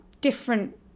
different